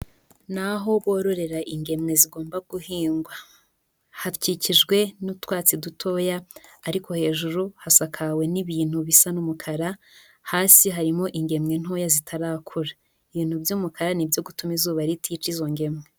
Ni aho bororera ingemwe zigomba guhingwa. Hakikijwe n'utwatsi dutoya, ariko hejuru hasakawe n'ibintu bisa n'umukara. Hasi harimo ingemwe ntoya zitarakura, ibintu by'umukara ni ibyo gutuma izuba ritica izo ngemwe.